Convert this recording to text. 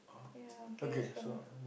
ya okay so